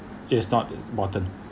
it is not important